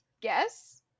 guess